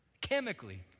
chemically